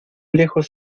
lejos